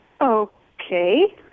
Okay